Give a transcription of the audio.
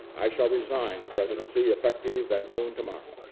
i shall resign the presidency effective at noon tomorrow.